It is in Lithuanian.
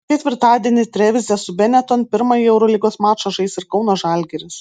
ketvirtadienį trevize su benetton pirmąjį eurolygos mačą žais ir kauno žalgiris